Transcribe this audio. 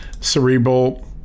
cerebral